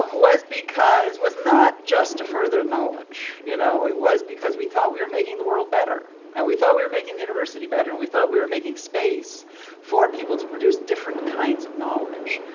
um was not was not just to further knowledge. you know it was because we thought we were making the world better. and we thought we were making the university better. and we thought we were making space for people to produce different kinds of knowledge.